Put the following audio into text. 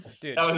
Dude